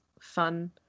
fun